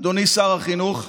אדוני שר החינוך.